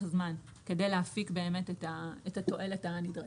זמן כדי להפיק באמת את התועלת הנדרשת.